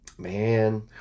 man